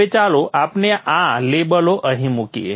હવે ચાલો આપણે આ લેબલો અહીં મૂકીએ